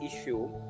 issue